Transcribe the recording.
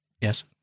yes